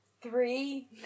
three